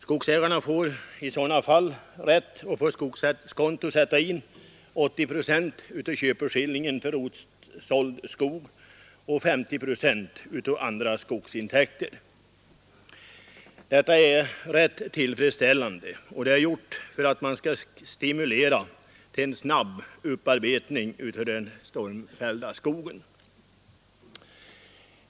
Skogsägarna får i sådana fall rätt att på skogskonto sätta in 80 procent av köpeskillingen för rotsåld skog och 50 procent av andra skogsintäkter. Detta är rätt tillfredsställande, och avsikten är att man skall stimulera en snabb upparbetning av den stormfällda skogen.